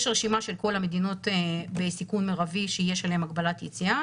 יש רשימה של כל המדינות בסיכון מרבי שיש עליהן הגבלת יציאה